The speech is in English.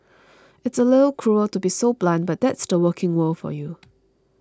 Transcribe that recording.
it's a little cruel to be so blunt but that's the working world for you